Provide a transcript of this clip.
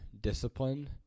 discipline